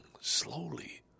slowly